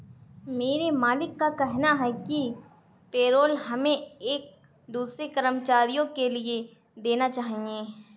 मेरे मालिक का कहना है कि पेरोल हमें एक दूसरे कर्मचारियों के लिए देना चाहिए